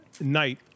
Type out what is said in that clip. night